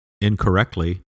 incorrectly